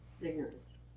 Ignorance